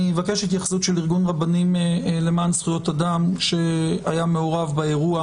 אני מבקש התייחסות של ארגון רבנים למען זכויות אדם שהיה מעורב באירוע